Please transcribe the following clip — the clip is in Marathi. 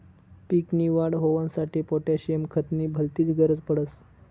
पीक नी वाढ होवांसाठी पोटॅशियम खत नी भलतीच गरज पडस